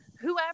whoever